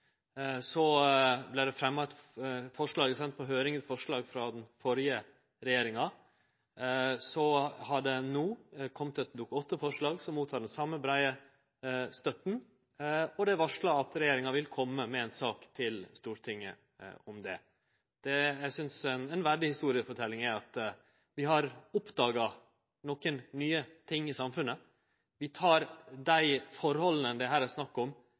Det vart sendt eit forslag på høyring frå den førre regjeringa. No har det kome eit Dokument 8-forslag, som får den same, breie støtta, og det er varsla at regjeringa vil kome med ei sak til Stortinget om det. Eg synest ei verdig historieforteljing er at vi har oppdaga nokre nye ting i samfunnet. Vi tek dei forholda det her er snakk om